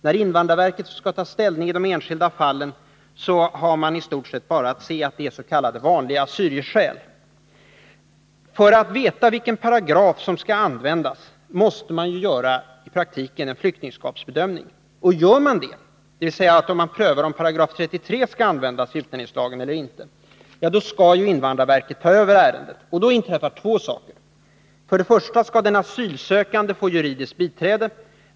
När invandrarverket skall ta ställning i de enskilda fallen har man i stort sett bara att se att det är s.k. vanliga asylskäl. För att veta vilken paragraf som skall användas måste man i praktiken göra en flyktingskapsbedömning. Om man gör det — dvs. prövar om 33 § i utlänningslagen skall användas eller inte — skall invandrarverket ta över ärendet. Då inträffar två saker. För det första skall den asylsökande få juridiskt biträde.